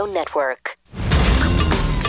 Network